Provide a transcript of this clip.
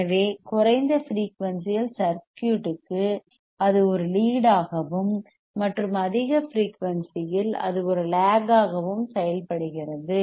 எனவே குறைந்த ஃபிரெயூனிசியில் சர்க்யூட்க்கு இது ஒரு லீட் ஆகவும் மற்றும் அதிக ஃபிரெயூனிசியில் அது ஒரு லேக் ஆகவும் செயல்படுகிறது